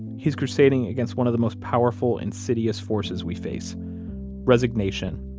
he's crusading against one of the most powerful, insidious forces we face resignation,